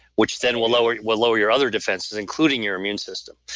which then will lower will lower your other defenses including your immune system.